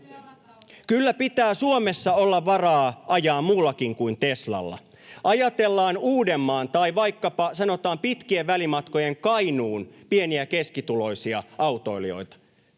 Kyllä pitää Suomessa olla varaa ajaa muullakin kuin Teslalla. Ajatellaan Uudenmaan tai vaikkapa, sanotaan, pitkien välimatkojen Kainuun pieni- ja keskituloisia autoilijoita